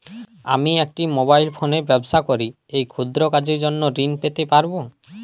আমি একটি মোবাইল ফোনে ব্যবসা করি এই ক্ষুদ্র কাজের জন্য ঋণ পেতে পারব?